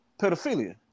pedophilia